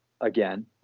again